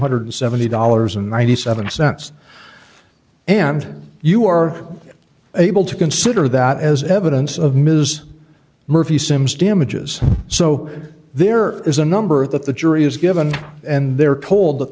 hundred and seventy dollars and ninety seven cents and you are able to consider that as evidence of ms murphy sims damages so there is a number that the jury is given and they're told that